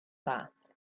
class